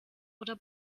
oder